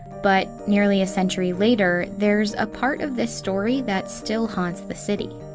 but nearly a century later, there's a part of this story that still haunts the city.